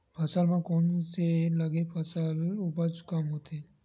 फसल म कोन से लगे से फसल उपज कम होथे?